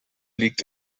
liegt